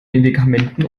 medikamenten